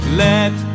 let